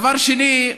דבר שני,